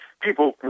people